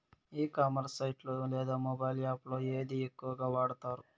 E commerce site లో లేదా mobile app లో ఏది ఎక్కువగా వాడుతారు?